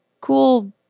cool